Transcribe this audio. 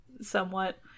somewhat